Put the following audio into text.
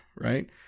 right